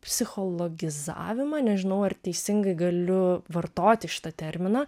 psichologizavimą nežinau ar teisingai galiu vartoti šitą terminą